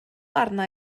arna